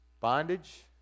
Bondage